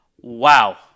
Wow